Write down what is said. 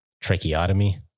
Tracheotomy